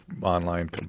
online –